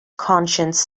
conscience